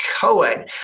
cohen